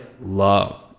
love